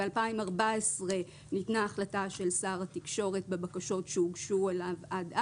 ב-2014 ניתנה החלטה של שר התקשורת בבקשות שהוגשו אליו עד אז.